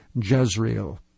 Jezreel